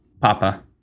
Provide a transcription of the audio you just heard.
papa